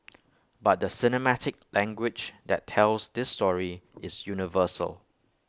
but the cinematic language that tells this story is universal